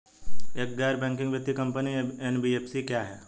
एक गैर बैंकिंग वित्तीय कंपनी एन.बी.एफ.सी क्या है?